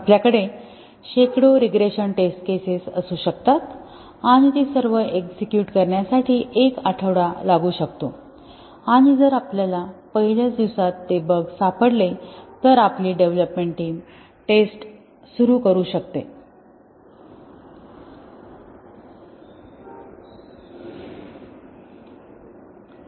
आपल्याकडे शेकडो regression test cases असू शकतात आणि ती सर्व एक्झेक्युट करण्यासाठी एक आठवडा लागू शकतो आणि जर आपल्याला पहिल्याच दिवसात ते बग्स सापडले तर आपली डेव्हलोपमेंट टीम टेस्ट सुरू करू शकते